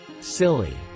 Silly